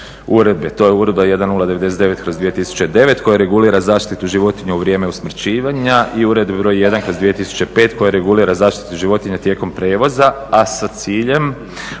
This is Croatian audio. uredbe. To je Uredba 1099/2009. koja regulira zaštitu životinja u vrijeme usmrćivanja, i Uredba br. 1/2005. koja regulira zaštitu životinja tijekom prijevoza, a sa ciljem